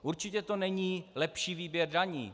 Určitě to není lepší výběr daní.